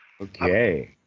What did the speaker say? Okay